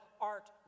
art